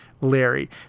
larry